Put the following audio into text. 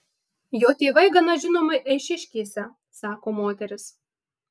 jo tėvai gana žinomi eišiškėse sako moteris